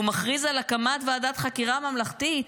והוא מכריז על הקמת ועדת חקירה ממלכתית?